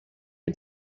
you